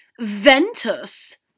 Ventus